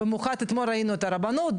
במיוחד אתמול ראינו את הרבנות,